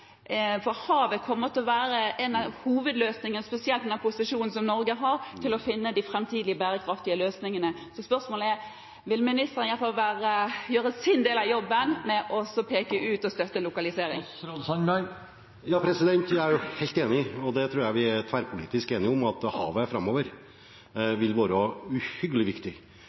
for havet kommer til å være en av hovedløsningene, spesielt med den posisjonen som Norge har, for å finne de framtidige bærekraftige løsningene. Så spørsmålet er: Vil ministeren i alle fall gjøre sin del av jobben med å peke ut og støtte lokalisering? Ja, jeg er helt enig i, og det tror jeg vi er tverrpolitisk enige om, at havet framover vil være uhyggelig viktig